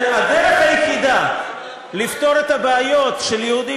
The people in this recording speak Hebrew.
הדרך היחידה לפתור את הבעיות של יהודים